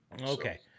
Okay